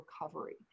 recovery